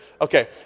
Okay